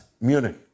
Munich